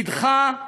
נדחה,